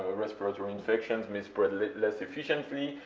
ah respiratory infections may spread less less efficiently,